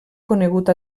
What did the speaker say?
conegut